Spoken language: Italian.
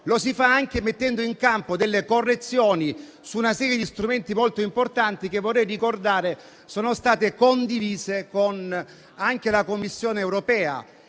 lo si fa mettendo in campo delle correzioni, su una serie di strumenti molto importanti, che - lo vorrei ricordare - sono state condivise anche con la Commissione europea.